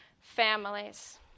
families